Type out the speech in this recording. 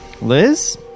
Liz